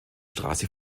straße